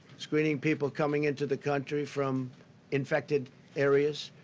screening people coming into the country from infected areas.